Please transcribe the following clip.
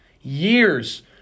Years